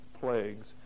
plagues